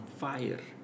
fire